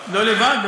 לא לבד.